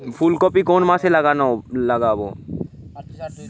ফুলকপি কোন মাসে লাগাবো?